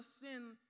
sin